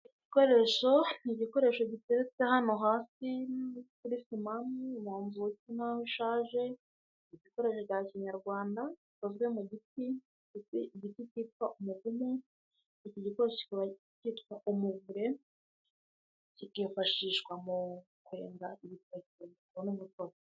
Igikoresho ni igikoresho giteretse hano hasi kuri sima, mu nzu isa nk'aho ishaje, ni igikoresho cya kinyarwanda, gikozwe mu giti, igiti cyitwa umuvumu, iki gikoresho kikaba cyitwa umuvure, kikifashishwa mu kwenga ibitoki ngo babone umutobe.